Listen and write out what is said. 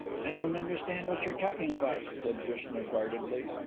i don't understand what you are talking about, said drishna guardedly.